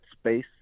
space